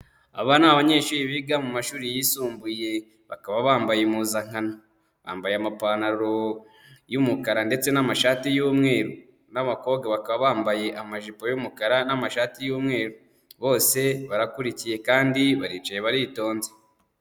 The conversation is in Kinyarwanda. Aba ni abanyeshuri biga mu mumashuri yisumbuye bakaba bambaye impuzankano. Bambaye amapantaro y'umukara ndetse n'amashati y'umweru n'abakobwa bakaba bambaye amajipo y'umukara n'amashati y'umweru. bose barakurikiye kandi baricaye baritonze.